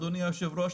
אדוני היושב ראש,